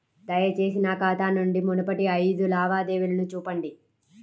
దయచేసి నా ఖాతా నుండి మునుపటి ఐదు లావాదేవీలను చూపండి